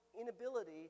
inability